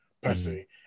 personally